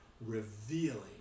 revealing